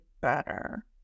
better